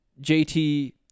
JT